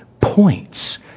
points